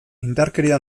indarkeria